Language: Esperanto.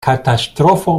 katastrofo